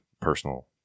personal